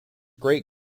great